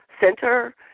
Center